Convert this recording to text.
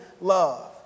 love